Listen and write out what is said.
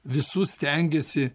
visus stengiasi